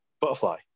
butterfly